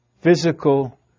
physical